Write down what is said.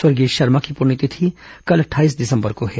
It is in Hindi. स्वर्गीय शर्मा की पुण्यतिथि कल अट्ठाईस दिसंबर को है